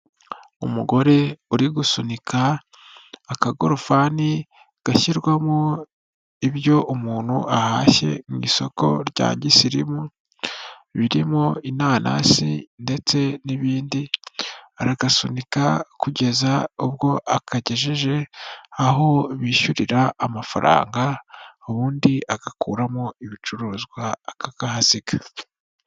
Umugore uri gusunika akagorofani gashyirwamo ibyo umuntu ahashye mu isoko rya gisirimu birimo inanasi ndetse n'ibindi. Aragasunika kugeza ubwo akagejeje aho bishyurira amafaranga ubundi agakuramo ibicuruzwa akakahasiga.